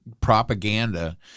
propaganda